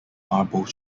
marble